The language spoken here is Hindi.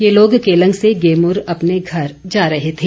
ये लोग केलंग से गेमुर अपने घर जा रहे थे